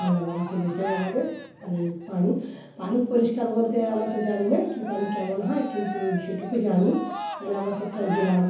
রান্নাবাড়া করি এটাই আমাদের মানে পানি পানি পরিষ্কার বলতে আমরা তো জানি না কী পানি কেমন হয় কিন্তু যেটুকু জানি মানে আমরা কোথায় গেলাম